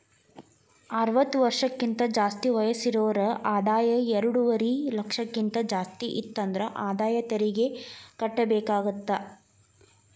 ಅರವತ್ತ ವರ್ಷಕ್ಕಿಂತ ಜಾಸ್ತಿ ವಯಸ್ಸಿರೋರ್ ಆದಾಯ ಎರಡುವರಿ ಲಕ್ಷಕ್ಕಿಂತ ಜಾಸ್ತಿ ಇತ್ತಂದ್ರ ಆದಾಯ ತೆರಿಗಿ ಕಟ್ಟಬೇಕಾಗತ್ತಾ